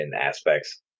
aspects